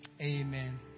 Amen